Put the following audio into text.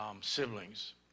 siblings